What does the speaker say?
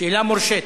שאלה מורשית.